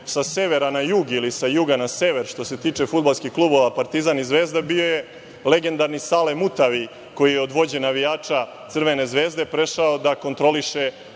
sa severa na jug, ili sa juga na sever što se tiče fudbalskih klubova Partizan i Zvezda, bio je legendarni Sale Mutavi koji je od vođe navijača Crvene zvezde prešao da kontroliše